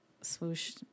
swoosh